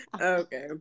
Okay